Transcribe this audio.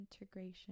integration